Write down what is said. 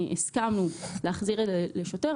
הסכמנו להחזיר לשוטר.